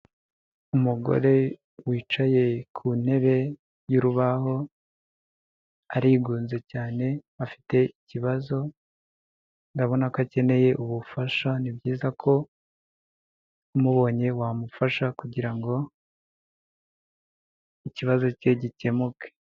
Umugore wicaye ku ntebe y'urubaho, arigunze cyane afite ikibazo, urabona ko akeneye ubufasha, ni byiza ko umubonye wamufasha kugira ngo ikibazo cye gikemuke.